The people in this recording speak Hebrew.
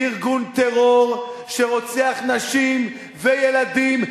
ארגון טרור שרוצח נשים וילדים,